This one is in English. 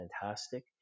fantastic